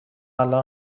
الان